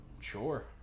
Sure